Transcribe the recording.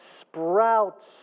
sprouts